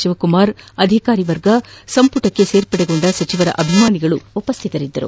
ಶಿವಕುಮಾರ್ ಅಧಿಕಾರಿ ವರ್ಗ ಸಂಪುಟಕ್ಕೆ ಸೇರ್ಪಡೆಗೊಂಡ ಸಚಿವರ ಅಭಿಮಾನಿಗಳು ಉಪಸ್ಟಿತರಿದ್ದರು